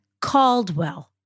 Caldwell